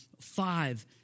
five